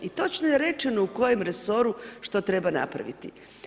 I točno je rečeno u kojem resoru što treba napraviti.